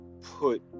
put